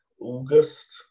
August